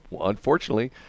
unfortunately